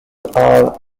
are